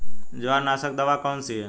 जवार नाशक दवा कौन सी है?